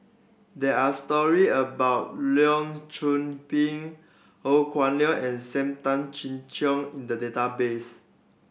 there are story about Leong Pin Ho Kah Leong and Sam Tan Chin Siong in the database